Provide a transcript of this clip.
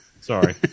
sorry